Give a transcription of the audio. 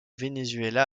venezuela